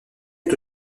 est